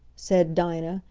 said dinah,